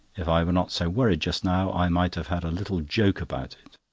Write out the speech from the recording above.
if i were not so worried just now, i might have had a little joke about it.